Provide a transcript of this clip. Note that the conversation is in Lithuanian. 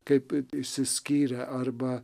kaip išsiskyrę arba